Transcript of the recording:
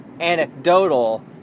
anecdotal